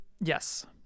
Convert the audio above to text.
Yes